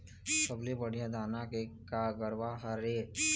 सबले बढ़िया धाना के का गरवा हर ये?